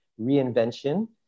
reinvention